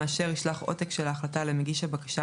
הגורם המאשר ישלח עותק של ההחלטה למגיש הבקשה